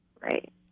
Right